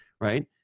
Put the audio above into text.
Right